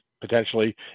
potentially